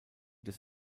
des